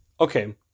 Okay